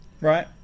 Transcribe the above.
Right